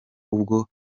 ubwo